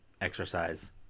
exercise